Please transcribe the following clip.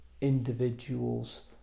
individuals